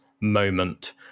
moment